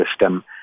system